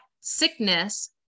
sickness